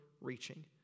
reaching